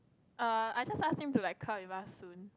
err I just ask him to like come with us soon